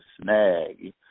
snag